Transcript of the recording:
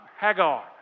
Hagar